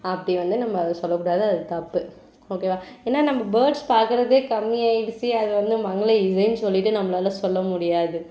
அப்படி வந்து நம்ம அது சொல்லக்கூடாது அது தப்பு ஓகேவா ஏன்னால் நம்ம பேர்ட்ஸ் பார்க்கறதே கம்மியாகிடுச்சி அது வந்து மங்கள இசைன்னு சொல்லிகிட்டு நம்மளால் சொல்ல முடியாது